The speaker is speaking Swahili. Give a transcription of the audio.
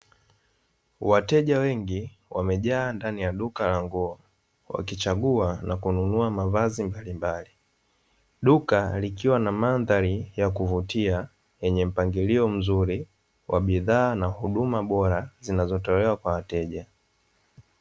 Wateja wengi wamejaa ndani ya duka la nguo wakichagua na kununua mavazi mbalimbali duka likiwa na mandhari ya kuvutia yenye mpangilio mzuri wa bidhaa na huduma bora zinazotolewa kwa wateja.